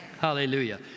Hallelujah